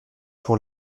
pour